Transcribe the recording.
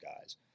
guys